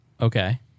Okay